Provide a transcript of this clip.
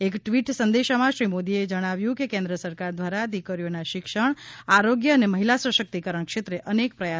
એક ટ્વીટ સંદેશામાં શ્રી મોદીએ જણાવ્યું કે કેન્દ્ર સરકાર દ્વારા દીકરીઓના શિક્ષણ આરોગ્ય અને મહિલા સશક્તિકરણ ક્ષેત્રે અનેક પ્રયાસો હાથ ધરાયા છે